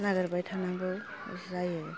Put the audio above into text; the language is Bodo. नागेरबाय थानांगौ जायो